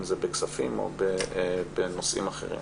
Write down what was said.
אם זה בכספים או בנושאים אחרים.